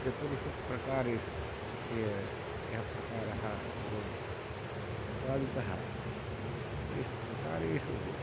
चतुर्षु प्रकारेषु तस्य यः प्रकारः पूर्वं उपपादितः तेषु प्रकारेषु